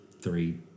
three